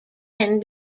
can